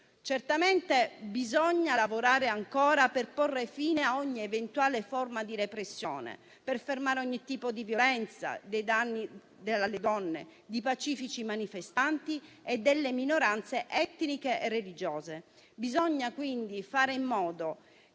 Certamente bisogna lavorare ancora per porre fine a ogni eventuale forma di repressione, per fermare ogni tipo di violenza e di danni alle donne, ai pacifici manifestanti e alle minoranze etniche e religiose. Bisogna quindi fare in modo che